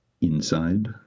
inside